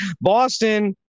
Boston